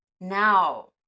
Now